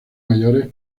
mayores